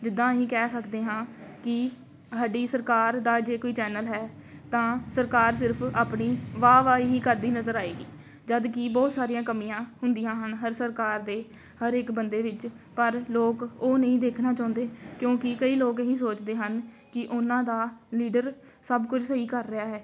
ਜਿੱਦਾਂ ਅਸੀਂ ਕਹਿ ਸਕਦੇ ਹਾਂ ਕਿ ਸਾਡੀ ਸਰਕਾਰ ਦਾ ਜੇ ਕੋਈ ਚੈਨਲ ਹੈ ਤਾਂ ਸਰਕਾਰ ਸਿਰਫ਼ ਆਪਣੀ ਵਾਹ ਵਾਹ ਹੀ ਕਰਦੀ ਨਜ਼ਰ ਆਏਗੀ ਜਦੋਂ ਕਿ ਬਹੁਤ ਸਾਰੀਆਂ ਕਮੀਆਂ ਹੁੰਦੀਆਂ ਹਨ ਹਰ ਸਰਕਾਰ ਦੇ ਹਰ ਇੱਕ ਬੰਦੇ ਵਿੱਚ ਪਰ ਲੋਕ ਉਹ ਨਹੀਂ ਦੇਖਣਾ ਚਾਹੁੰਦੇ ਕਿਉਂਕਿ ਕਈ ਲੋਕ ਇਹੀ ਸੋਚਦੇ ਹਨ ਕਿ ਉਹਨਾਂ ਦਾ ਲੀਡਰ ਸਭ ਕੁਛ ਸਹੀ ਕਰ ਰਿਹਾ ਹੈ